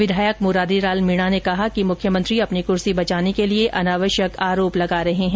विधायक मुरारी लाल मीणा ने कहा कि मुख्यमंत्री अपनी कुर्सी बचाने के लिए अनावश्यक आरोप लगा रहे हैं